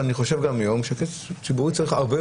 ואני חושב גם היום שבכסף ציבורי צריך להיזהר הרבה יותר מפרטי.